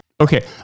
okay